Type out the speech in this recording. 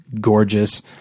gorgeous